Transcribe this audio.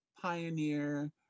Pioneer